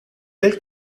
del